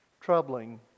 troubling